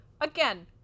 Again